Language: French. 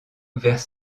vers